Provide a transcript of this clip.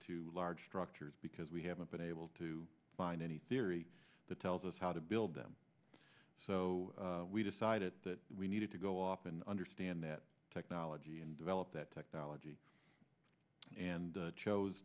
to large structures because we haven't been able to find any theory that tells us how to build them so we decided that we needed to go up and understand that technology and develop that technology and chose